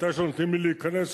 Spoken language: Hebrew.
מתי שנותנים לי להיכנס,